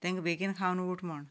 तांकां बेगीन खावन उट म्हूण